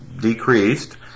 decreased